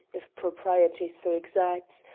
if propriety so exacts,